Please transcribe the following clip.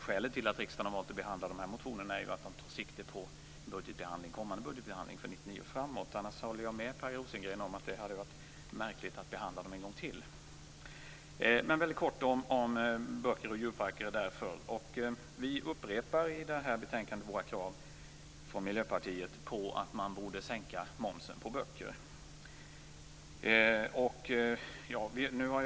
Skälet till att riksdagen har valt att behandla de här motionerna är att de tar sikte på kommande budgetbehandling, för 1999 och framåt. För övrigt håller jag med Per Rosengren. Det hade alltså varit märkligt att behandla dem en gång till. När det gäller detta med böcker och djurparker upprepar vi, det framgår av betänkandet, Miljöpartiets krav. Momsen på böcker borde sänkas.